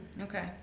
okay